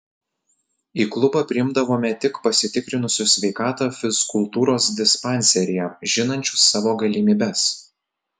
į klubą priimdavome tik pasitikrinusius sveikatą fizkultūros dispanseryje žinančius savo galimybes